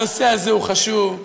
הנושא הזה הוא חשוב.